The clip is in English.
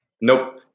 Nope